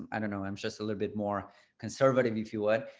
i don't know, i'm just a little bit more conservative, if you would,